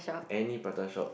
any prata shop